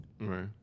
Right